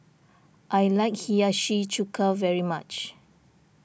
I like Hiyashi Chuka very much